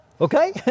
Okay